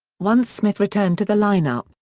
once smith returned to the lineup,